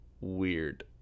weird